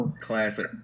Classic